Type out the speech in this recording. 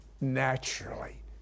naturally